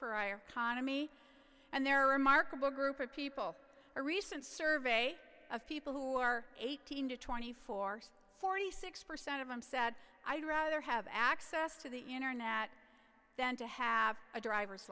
me and their remarkable group of people a recent survey of people who are eighteen to twenty four forty six percent of them said i'd rather have access to the internet than to have a driver's